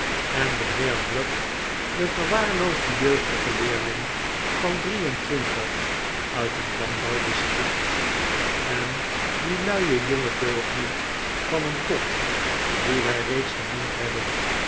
en de heer bluck de verwaarloosde jeugdige leerling van drie en twintig uit een landbouwdistrict en die luie jonge deugniet van een todd dien wij reeds genoemd hebben